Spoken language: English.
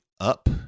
up